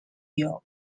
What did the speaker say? york